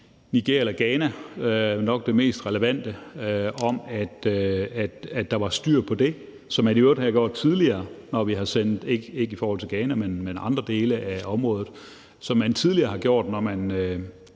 Nigeria eller Ghana, som nok er det mest relevante, om, at der var styr på det, som man i øvrigt har gjort tidligere – ikke i forhold til Ghana, men andre dele af området – når man har sendt danske